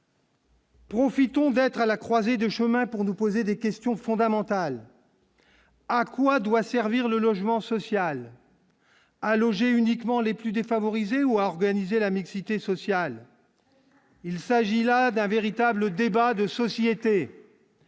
Profitons d'être à la croisée des chemins pour nous poser des questions fondamentales. à quoi doit servir le logement social. Alors uniquement les plus défavorisés ou à organiser la mixité sociale, il s'agit là d'un véritable débat de société,